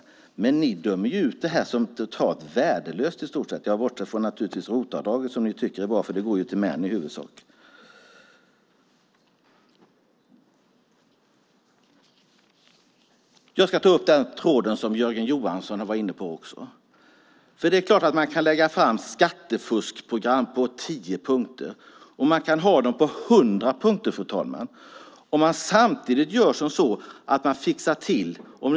Oppositionen dömer ut allt detta som totalt värdelöst, bortsett från ROT-avdraget som de tycker är bra eftersom det i huvudsak går till män. Jag ska ta upp den tråd som Jörgen Johansson var inne på. Det är klart att man kan lägga fram skattefuskprogram på tio punkter. Man kan ha program på hundra punkter om man samtidigt fixar till dem.